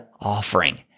offering